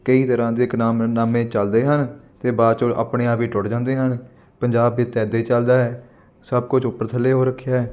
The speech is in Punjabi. ਕਈ ਤਰ੍ਹਾਂ ਦੇ ਇੱਕਰਾਰਨਾਮੇ ਚੱਲਦੇ ਹਨ ਅਤੇ ਬਾਅਦ 'ਚ ਆਪਣੇ ਆਪ ਹੀ ਟੁੱਟ ਜਾਂਦੇ ਹਨ ਪੰਜਾਬ ਵਿੱਚ ਤਾਂ ਇੱਦਾਂ ਹੀ ਚੱਲਦਾ ਹੈ ਸਭ ਕੁਛ ਉੱਪਰ ਥੱਲੇ ਹੋ ਰੱਖਿਆ